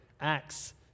Acts